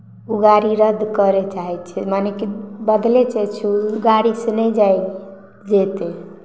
ओ गाड़ी रद्द करय चाहै छियै मनेकि बदलै चाहै छियै ओहि गाड़ीसँ नहि जायके जेतै